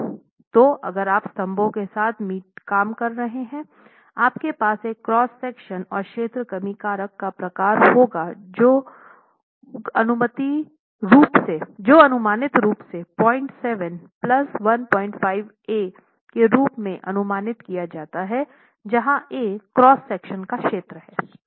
तो अगर आप स्तंभों के साथ काम कर रहे हैं आपके पास एक क्रॉस सेक्शन और क्षेत्र कमी कारक का प्रकार होगा को अनुमानित रूप से 07 15 A के रूप में अनुमानित किया जाता है जहाँ A क्रॉस सेक्शन का क्षेत्र है